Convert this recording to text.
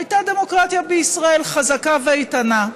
הייתה הדמוקרטיה בישראל חזקה ואיתנה.